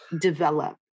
develop